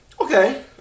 Okay